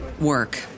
work